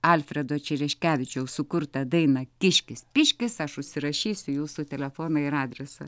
alfredo čereškevičiaus sukurtą dainą kiškis piškis aš užsirašysiu jūsų telefoną ir adresą